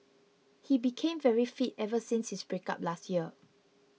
he became very fit ever since his breakup last year